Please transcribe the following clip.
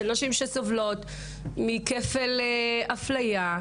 של נשים שסובלות מכפל אפליה,